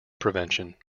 prevention